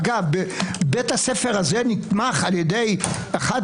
אגב בית הספר הזה נתמך על ידי אחת